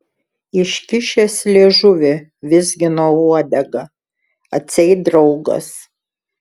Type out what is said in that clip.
iškišęs liežuvį vizgino uodegą atseit draugas